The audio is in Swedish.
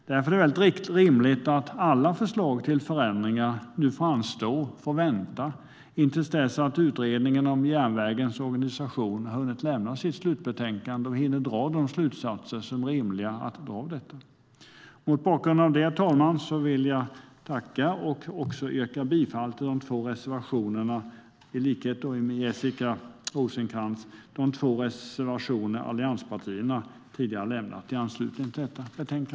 Därför är det rimligt att alla förslag till förändringar nu får vänta tills Utredningen om järnvägens organisation har lämnat sitt slutbetänkande och man har hunnit dra de slutsatser som är rimliga att dra av detta. Herr talman! Mot bakgrund av detta yrkar jag, i likhet med Jessica Rosencrantz, bifall till de två reservationerna från allianspartierna.